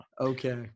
Okay